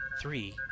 three